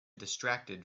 distracted